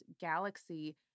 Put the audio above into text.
galaxy